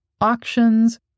auctions